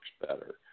better